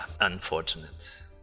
unfortunate